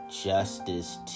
justice